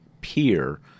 peer